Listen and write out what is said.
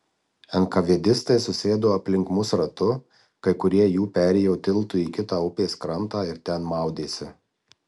enkavedistai susėdo aplink mus ratu kai kurie jų perėjo tiltu į kitą upės krantą ir ten maudėsi